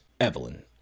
Evelyn